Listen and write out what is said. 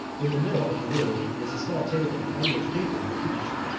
in the middle of the room was a small table on which papers were heaped.